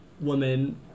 woman